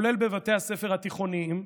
כולל בבתי הספר התיכוניים,